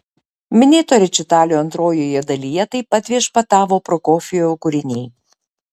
minėto rečitalio antrojoje dalyje taip pat viešpatavo prokofjevo kūriniai